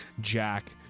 jack